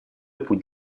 путь